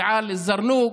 ועל א-זרנוק,